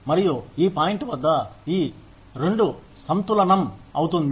మరియు ఈ పాయింట్ వద్ద ఈ 2 సంతులనం అవుతుంది